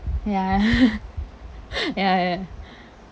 ya ya ya ya